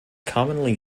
commonly